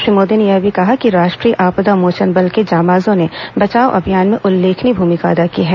श्री मोदी ने यह भी कहा कि राष्ट्रीय आपदा मोचन बल के जांबाज़ों ने बचाव अभियान में उल्लेखनीय भूमिका अदा की है